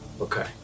Okay